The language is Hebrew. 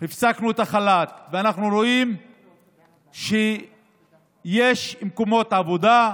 הפסקנו את החל"ת, ואנחנו רואים שיש מקומות עבודה,